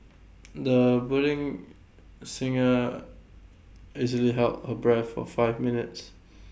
the budding singer easily held her breath for five minutes